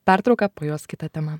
pertrauka po jos kita tema